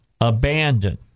abandoned